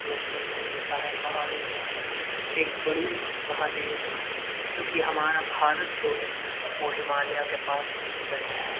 हमें सुनने मिलता है पहाड़ों के अंदर एक स्वरूप महादेव का क्योंकि हमारा भारत जो है वो हिमालया के पास बैठा है